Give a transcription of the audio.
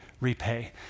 repay